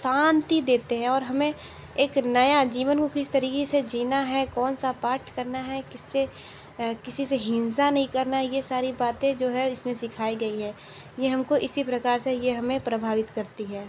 शांति देते हैं और हमें एक नया जीवन को किस तरीके से जीना है कौन सा पाठ करना है किससे किसी से हिंसा नहीं करना यह सारी बातें जो है इसमें सिखाई गई है यह हमको इसी प्रकार से यह हमें प्रभावित करती है